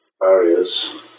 barriers